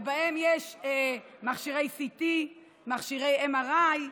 ובהם יש מכשירי CT, מכשירי MRI,